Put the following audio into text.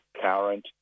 current